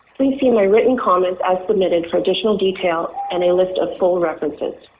please see my written comments as submitted for additional detail and a list of full references.